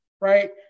right